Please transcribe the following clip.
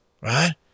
right